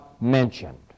mentioned